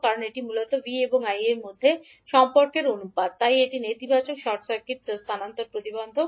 কারণ এটি মূলত V এবং I এর মধ্যে সম্পর্কের অনুপাত তাই এটি নেতিবাচক শর্ট সার্কিট স্থানান্তর প্রতিবন্ধক